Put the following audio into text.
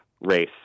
race